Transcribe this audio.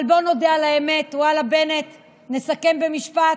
אבל בוא נודה על האמת, ואללה, בנט, נסכם במשפט: